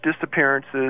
disappearances